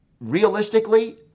realistically